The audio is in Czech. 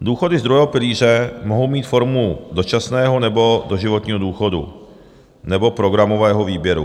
Důchody z druhého pilíře mohou mít formu dočasného, nebo doživotního důchodu, nebo programového výběru.